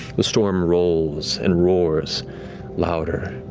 the storm rolls and roars louder.